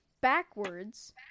backwards